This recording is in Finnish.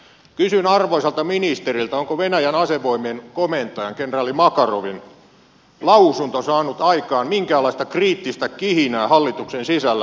kysyn arvoisalta ministeriltä onko venäjän asevoimien komentajan kenraali makarovin lausunto saanut aikaan minkäänlaista kriittistä kihinää hallituksen sisällä